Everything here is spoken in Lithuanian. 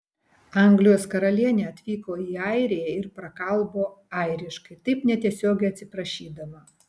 anglijos karalienė atvyko į airiją ir prakalbo airiškai taip netiesiogiai atsiprašydama